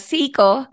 Seiko